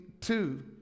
two